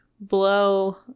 blow